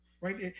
Right